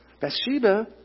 Bathsheba